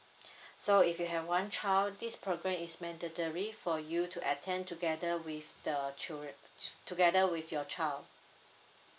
so if you have one child this program is mandatory for you to attend together with the children together with your child